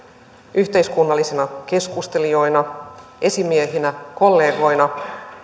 yhteiskunnallisina keskustelijoina esimiehinä kollegoina